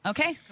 Okay